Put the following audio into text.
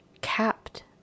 capped